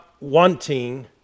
wanting